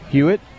Hewitt